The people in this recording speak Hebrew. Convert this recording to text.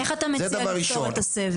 איך אתה מציע לפתור את הסבל?